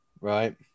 right